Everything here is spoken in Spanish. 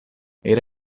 era